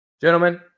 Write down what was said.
Gentlemen